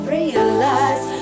realize